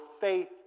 faith